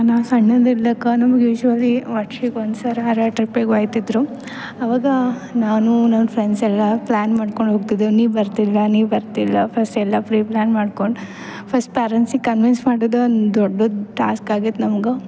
ನಾ ಸಣ್ಣಂದಿದ್ದಕ ನಮ್ಗೆ ಯುಶ್ವಲಿ ವರ್ಷಕ್ಕೆ ಒಂದ್ಸಲಾರ ಟ್ರಿಪ್ಪಿಗೆ ಹೋಯ್ತಿದ್ರು ಆವಾಗ ನಾನು ನನ್ನ ಫ್ರೆಂಡ್ಸೆಲ್ಲಾ ಪ್ಲ್ಯಾನ್ ಮಾಡ್ಕೊಂಡು ಹೋಗ್ತಿದ್ವಿ ನೀವು ಬರ್ತಿರಾ ನೀವು ಬರ್ತಿರಾ ಫಸ್ಟ್ ಎಲ್ಲಾ ಪ್ರಿಪ್ಲ್ಯಾನ್ ಮಾಡ್ಕೊಂಡು ಫಸ್ಟ್ ಪೇರೆಂಟ್ಸಿಗೆ ಕನ್ವಿನ್ಸ್ ಮಾಡೋದೊಂದು ದೊಡ್ಡದ ಟಾಸ್ಕ್ ಆಗೈತಿ ನಮ್ಗೆ